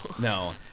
No